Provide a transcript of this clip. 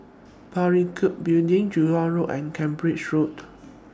Parakou Building Jurong Road and Cambridge Road